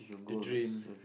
the dream